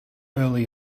early